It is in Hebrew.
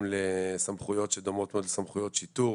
גם סמכויות שדומות מאוד סמכויות שיטור,